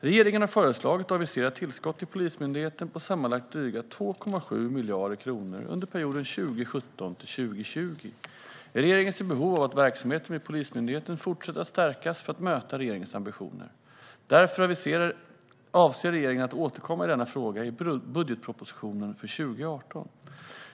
Regeringen har föreslagit och aviserat tillskott till Polismyndigheten på sammanlagt drygt 2,7 miljarder kronor under perioden 2017-2020. Regeringen ser behov av att verksamheten vid Polismyndigheten fortsätter att stärkas för att möta regeringens ambitioner. Därför avser regeringen att återkomma i denna fråga i budgetpropositionen för 2018.